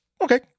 Okay